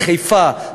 בחיפה,